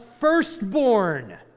firstborn